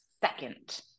second